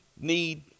need